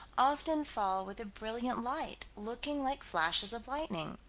often fall with a brilliant light, looking like flashes of lightning.